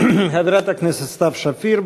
חברת הכנסת סתיו שפיר,